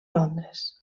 londres